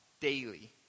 daily